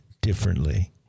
differently